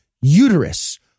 uterus